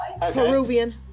Peruvian